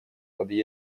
под